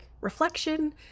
reflection